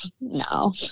no